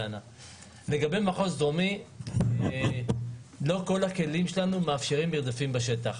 לגבי מחוז דרומי לא כל הכלים שלנו מאפשרים מרדפים בשטח.